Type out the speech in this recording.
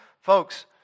Folks